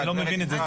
אני לא מבין את זה.